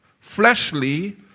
fleshly